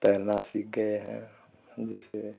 तैरना सीख गए हैं जैसे